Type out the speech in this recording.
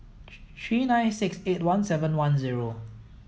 three three nine six eight one seven one zero